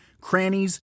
crannies